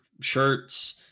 shirts